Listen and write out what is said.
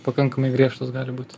pakankamai griežtos gali būt